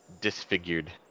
disfigured